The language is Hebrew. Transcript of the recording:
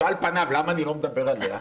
שעל-פניו, למה אני לא מדבר עליה?